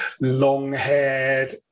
long-haired